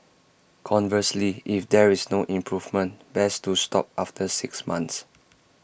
conversely if there is no improvement best to stop after six months